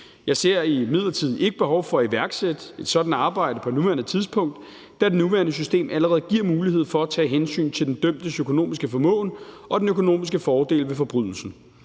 Jeg ser imidlertid ikke behov for at iværksætte et sådant arbejde på nuværende tidspunkt, da det nuværende system allerede giver mulighed for at tage hensyn til den dømtes økonomiske formåen og den økonomiske fordel ved forbrydelsen.